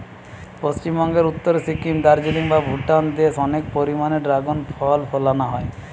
পশ্চিমবঙ্গের উত্তরে সিকিম, দার্জিলিং বা ভুটান দেশে অনেক পরিমাণে দ্রাগন ফল ফলানা হয়